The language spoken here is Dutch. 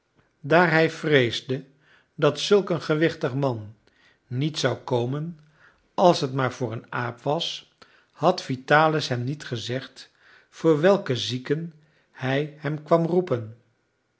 daar hij vreesde dat zulk een gewichtig man niet zou komen als het maar voor een aap was had vitalis hem niet gezegd voor welke zieken hij hem kwam roepen